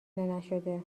نشده